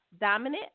dominant